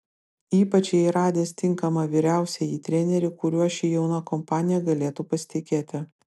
ypač jai radęs tinkamą vyriausiąjį trenerį kuriuo ši jauna kompanija galėtų pasitikėti